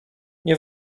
nie